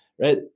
right